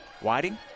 Whiting